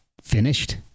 finished